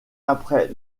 après